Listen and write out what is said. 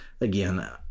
again